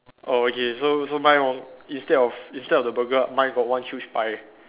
okay so so mine instead of instead of the burger mine got one huge pie